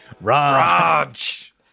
Raj